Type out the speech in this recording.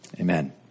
Amen